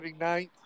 ninth